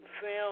film